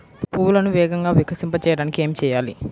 పువ్వులను వేగంగా వికసింపచేయటానికి ఏమి చేయాలి?